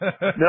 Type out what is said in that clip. No